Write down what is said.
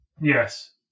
Yes